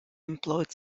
employed